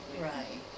Right